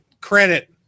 credit